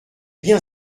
bien